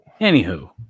anywho